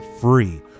Free